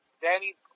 Danny